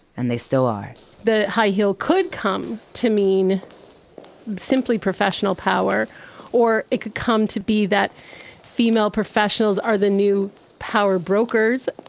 and they still are the high heel could come to mean simply professional power or it could come to be that female professionals are the new power brokers.